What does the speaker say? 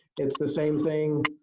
it's the same thing.